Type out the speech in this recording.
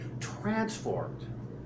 transformed